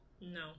No